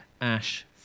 ash